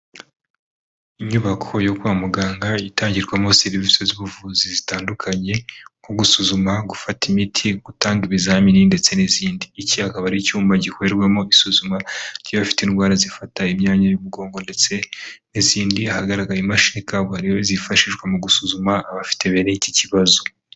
Inyubako yo kwa muganga itangirwamo serivisi z'ubuvuzi zitandukanye nko gusuzuma, gufata imiti, gutanga ibizamini ndetse n'izindi. Iki akaba ari icyuma gikorerwamo isuzuma ry'abafite indwara zifata imyanya y'umugongo ndetse n'izindi, ahagaragaraye imashini kabuhariye zifashishwa mu gusuzuma abafite bene iki kibazo.